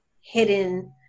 hidden